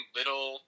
little